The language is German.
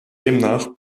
demnach